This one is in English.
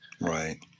Right